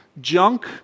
junk